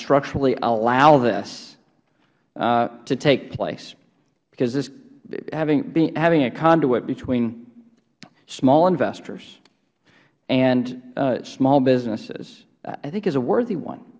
structurally allow this to take place because thish having a conduit between small investors and small businesses i think is a worthy one